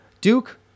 Duke